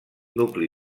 nucli